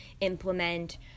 implement